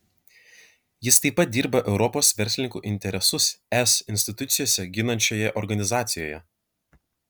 jis taip pat dirba europos verslininkų interesus es institucijose ginančioje organizacijoje